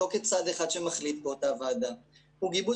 לא כצד אחד שמחליט באותה ועדה הוא גיבוש